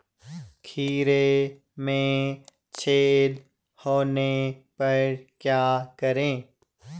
खीरे में छेद होने पर क्या करें?